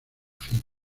fin